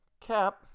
Cap